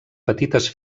petites